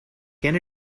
can